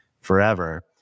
forever